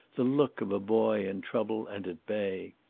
the look of a boy in trouble and at bay.